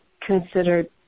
considered